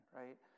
right